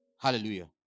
Hallelujah